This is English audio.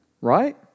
Right